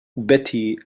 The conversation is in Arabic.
بتي